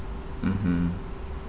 mmhmm